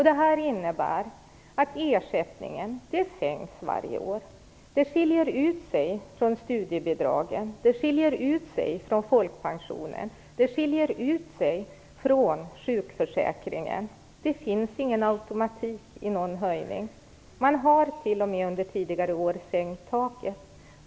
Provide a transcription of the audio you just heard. Det innebär att ersättningen sänks varje år. Det skiljer sig från studiebidraget. Det skiljer sig från folkpensionen. Det skiljer sig från sjukförsäkringen. Det finns ingen automatik i höjningarna. Man har t.o.m. under tidigare år sänkt taket.